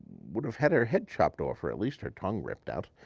would have had her head chopped off or at least her tongue ripped out.